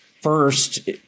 First